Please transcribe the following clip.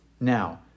Now